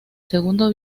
segundo